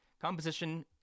Composition